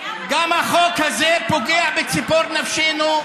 החוק הזה פוגע בציפור נפשנו,